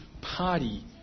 party